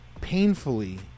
painfully